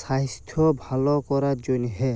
সাইস্থ্য ভাল করার জ্যনহে